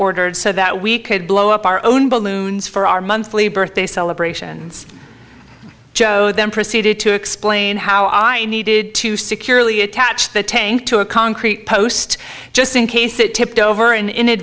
ordered so that we could blow up our own balloons for our monthly birthday celebrations joe then proceeded to explain how i needed to securely attached the tank to a concrete post just in case it tipped over and